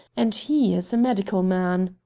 and he is a medical man.